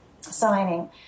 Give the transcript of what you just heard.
signing